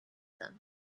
them